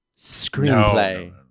screenplay